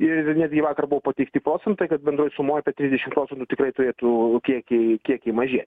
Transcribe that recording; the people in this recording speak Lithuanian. ir netgi vakar buvo pateikti procentai kad bendroj sumoj apie trisdešim procentų tikrai turėtų kiekiai kiekiai mažėt